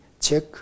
check